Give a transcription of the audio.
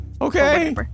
Okay